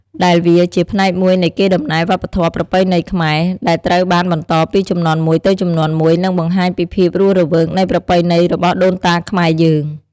ដែលវាជាផ្នែកមួយនៃកេរដំណែលវប្បធម៌ប្រពៃណីខ្មែរ ដែលត្រូវបានបន្តពីជំនាន់មួយទៅជំនាន់មួយនិងបង្ហាញពីភាពរស់រវើកនៃប្រពៃណីរបស់ដូនតាខ្មែរយើង។